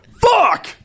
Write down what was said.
FUCK